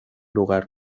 lugar